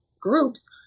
groups